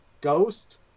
Ghost